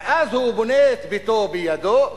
ואז הוא בונה את ביתו בידו,